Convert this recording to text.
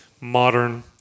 modern